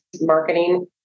marketing